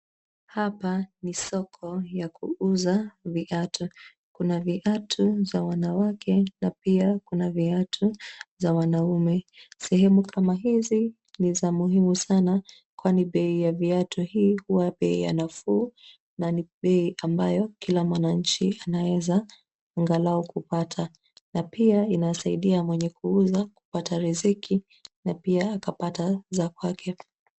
Hapa ni soko ya kuuza viatu. Kuna viatu za wanawake na pia kuna viatu za wanaume. Sehemu kama hizi ni za muhimu sana kwani bei ya viatu hii huwa bei ya nafuu na ni bei ambayo kila mwananchi anaeza angalau kupata na pia inasaidia mwenye kuuza kupata riziki na pia akapata za kwake.